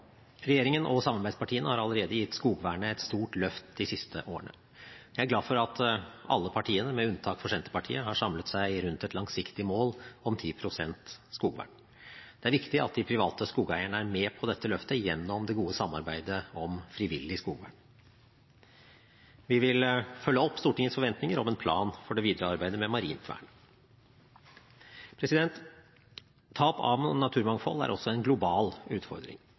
Regjeringen og samarbeidspartiene har allerede gitt skogvernet et stort løft de siste årene. Jeg er glad for at alle partiene – med unntak av Senterpartiet – har samlet seg rundt et langsiktig mål om vern av 10 pst. av skogen. Det er viktig at de private skogeierne er med på dette løftet gjennom det gode samarbeidet om frivillig skogvern. Vi vil følge opp Stortingets forventninger om en plan for det videre arbeidet med marint vern. Tap av naturmangfold er også en global utfordring.